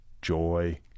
joy